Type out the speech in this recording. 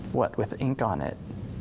what with ink on it,